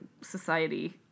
society